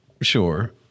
Sure